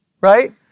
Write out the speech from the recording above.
right